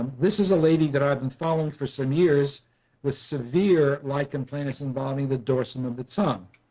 this is a lady that i have been following for some years with severe lichen planus envolving the dorsum of the tongue.